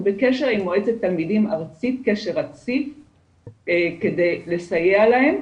אנחנו בקשר רציף עם מועצת התלמידים הארצית כדי לסייע להם,